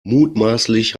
mutmaßlich